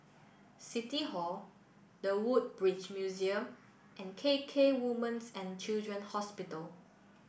city hall The Woodbridge Museum and K K Women's and Children's Hospital